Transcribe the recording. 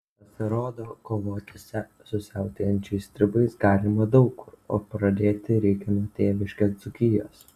pasirodo kovoti su siautėjančiais stribais galima daug kur o pradėti reikia nuo tėviškės dzūkijos